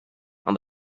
and